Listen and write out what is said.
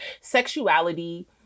sexuality